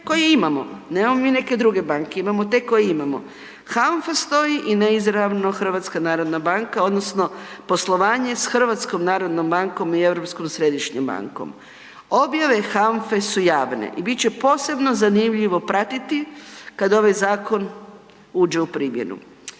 koje imamo, nemamo mi neke druge banke, imamo te koje imamo. HANFA stoji i neizravno HNB odnosno poslovanje s HNB-om i Europskom središnjom bankom. Objave HANFA-e su javne i bit će posebno zanimljivo pratiti kad ovaj zakon uđe u primjenu.